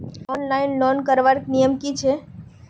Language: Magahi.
ऑनलाइन लोन करवार नियम की छे?